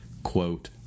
quote